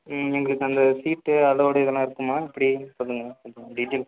ம் எங்களுக்கு அந்த சீட்டு அலோவுடு இதெல்லாம் இருக்குமா எப்படி சொல்லுங்க அதுக்கான டீடெயில்ஸ்ஸு